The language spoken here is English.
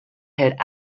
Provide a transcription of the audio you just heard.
haired